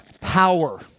power